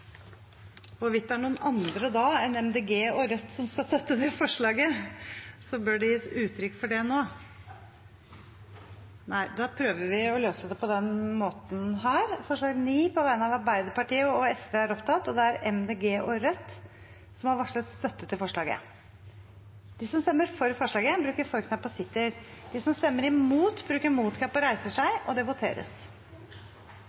det da er noen andre enn Miljøpartiet De Grønne og Rødt som skal støtte det forslaget, bør det gis uttrykk for det nå. Da prøver vi å løse det på denne måten: Det voteres over forslag nr. 9, fra Arbeiderpartiet og Sosialistisk Venstreparti, og det er Miljøpartiet De Grønne og Rødt som har varslet støtte til forslaget. Det voteres over forslag nr. 1 og 2, fra Arbeiderpartiet, Senterpartiet og